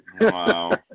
Wow